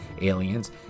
Aliens